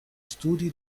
studi